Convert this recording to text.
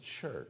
church